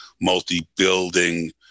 multi-building